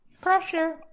Pressure